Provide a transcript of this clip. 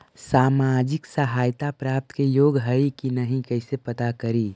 सामाजिक सहायता प्राप्त के योग्य हई कि नहीं कैसे पता करी?